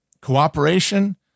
cooperation